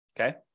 Okay